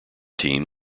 team